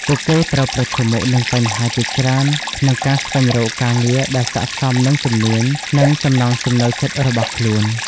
ពួកគេត្រូវប្រឈមមុខនឹងបញ្ហាជាច្រើនក្នុងការស្វែងរកការងារដែលស័ក្តិសមនឹងជំនាញ និងចំណង់ចំណូលចិត្តរបស់ខ្លួន។